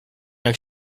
jak